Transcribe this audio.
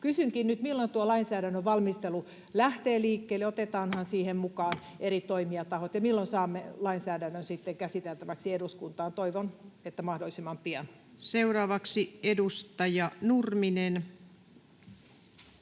Kysynkin nyt: Milloin tuo lainsäädännön valmistelu lähtee liikkeelle? Otetaanhan siihen mukaan eri toimijatahot? Ja milloin saamme lainsäädännön sitten käsiteltäväksi eduskuntaan? Toivon, että mahdollisimman pian. Seuraavaksi edustaja Nurminen.